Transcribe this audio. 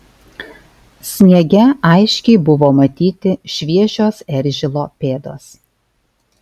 sniege aiškiai buvo matyti šviežios eržilo pėdos